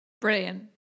Brilliant